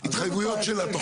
איך קראת לזה?